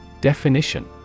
Definition